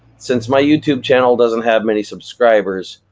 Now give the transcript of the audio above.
since my youtube channel doesn't have many subscribers,